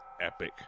epic